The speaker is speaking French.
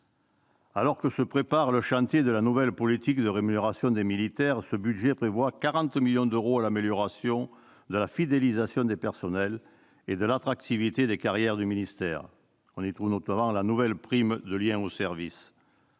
Alors que se prépare le chantier de la nouvelle politique de rémunération des militaires, ce budget consacre 40 millions d'euros à l'amélioration de la fidélisation des personnels et de l'attractivité des carrières du ministère. On y trouve notamment la nouvelle prime de lien au service.